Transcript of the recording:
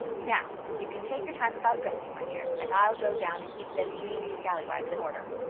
now, you can take your time about dressing, my dear, and i'll go down and keep them mean scallawags in order.